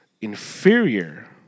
inferior